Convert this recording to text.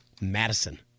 Madison